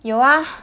有 ah